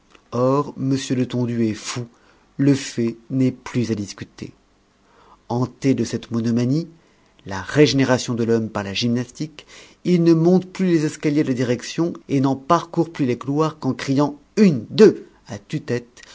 or m letondu est fou le fait n'est plus à discuter hanté de cette monomanie la régénération de l'homme par la gymnastique il ne monte plus les escaliers de la direction et n'en parcourt plus les couloirs qu'en criant une deux à tue-tête